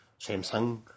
Samsung